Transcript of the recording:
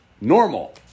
normal